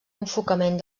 enfocament